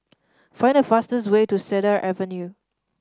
find the fastest way to Cedar Avenue